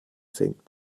senkt